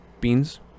Beans